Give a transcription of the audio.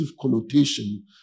connotation